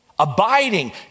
Abiding